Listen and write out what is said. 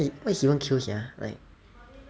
what's even kale sia like